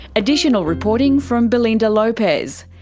additional reporting from belinda lopez,